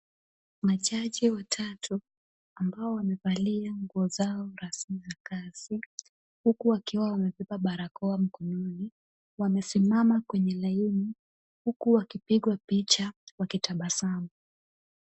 Majaji watatu ambao wamevalia nguo zao rasmi za kazi, huku wakiwa wamebeba barakoa mkononi, wamesimama kwenye laini huku wakipigwa picha wakitabasamu.